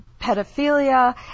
pedophilia